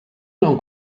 non